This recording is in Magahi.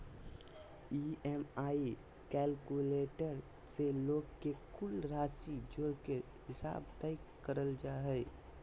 ई.एम.आई कैलकुलेटर से लोन के कुल राशि जोड़ के हिसाब तय करल जा हय